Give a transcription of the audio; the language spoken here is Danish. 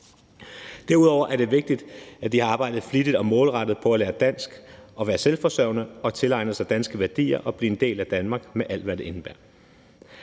Derudover er det vigtigt, at de har arbejdet flittigt og målrettet på at lære dansk og være selvforsørgende og tilegne sig danske værdier og blive en del af Danmark med alt, hvad det indebærer.